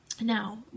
Now